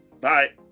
bye